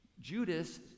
Judas